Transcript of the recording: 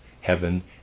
heaven